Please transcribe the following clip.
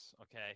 okay